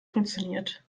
funktioniert